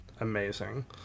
amazing